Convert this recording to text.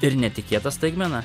ir netikėta staigmena